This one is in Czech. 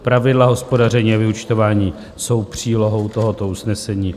Pravidla hospodaření a vyúčtování jsou přílohou tohoto usnesení.